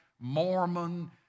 Mormon